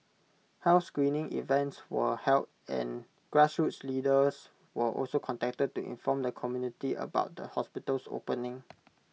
health screening events were held and grassroots leaders were also contacted to inform the community about the hospital's opening